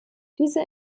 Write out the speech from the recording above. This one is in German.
diese